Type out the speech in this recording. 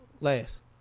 last